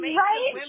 right